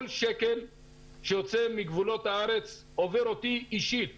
כל שקל שיוצא מגבולות הארץ עובר אותי אישית